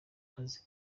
kazi